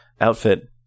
outfit